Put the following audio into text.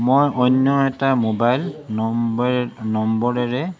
মই অন্য এটা মোবাইল নম্বৰেৰে